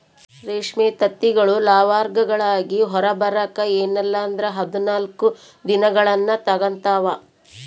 ರೇಷ್ಮೆ ತತ್ತಿಗಳು ಲಾರ್ವಾಗಳಾಗಿ ಹೊರಬರಕ ಎನ್ನಲ್ಲಂದ್ರ ಹದಿನಾಲ್ಕು ದಿನಗಳ್ನ ತೆಗಂತಾವ